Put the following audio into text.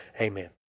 Amen